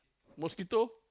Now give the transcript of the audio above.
mosquito